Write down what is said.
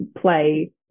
play